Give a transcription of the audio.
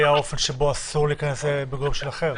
האופן שבו אסור להיכנס לבית מגורים של אחר?